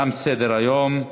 תם סדר-היום.